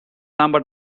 samba